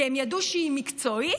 כי הם ידעו שהיא מקצועית,